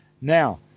Now